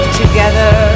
together